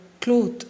cloth